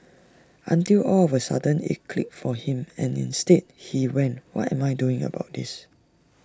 until all of A sudden IT clicked for him and instead he went what am I doing about this